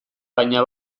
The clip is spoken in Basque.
baina